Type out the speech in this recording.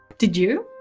did you?